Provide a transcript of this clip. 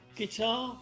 guitar